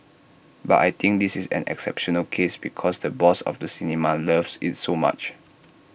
but I think this is an exceptional case because the boss of the cinema loves IT so much